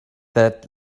that